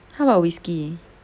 how about whiskey